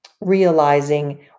realizing